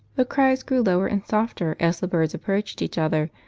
the cries grew lower and softer as the birds approached each other,